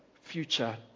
future